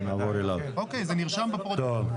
אוקיי, זה נרשם בפרוטוקול.